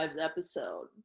episode